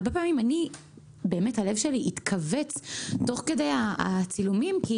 הרבה פעמים הלב שלי התכווץ תוך כדי הצילומים כי